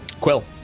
Quill